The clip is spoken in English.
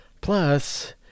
Plus